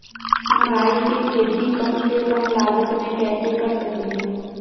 हम राई के खेती कम से कम लागत में कैसे कर सकली ह?